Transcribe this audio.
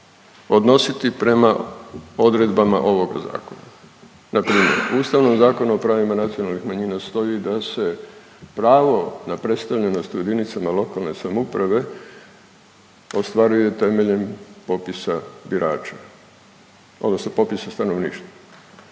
odnositi prema odredbama ovoga Zakona. Npr., u Ustavnom zakonu o pravima nacionalnih manjina stoji da se pravo na predstavljenost u jedinicama lokalne samouprave ostvaruje temeljem popisa birača, odnosno popisa stanovništva.